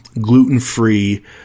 gluten-free